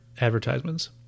advertisements